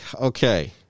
Okay